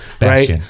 right